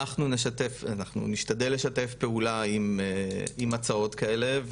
אנחנו נשתדל לשתף פעולה עם הצעות כאלה,